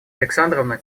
александровна